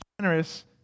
generous